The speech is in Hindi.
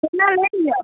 कितना लेंगी आप